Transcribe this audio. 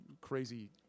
crazy